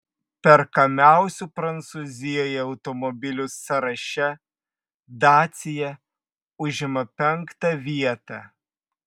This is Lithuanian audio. perkamiausių prancūzijoje automobilių sąraše dacia užima penktą vietą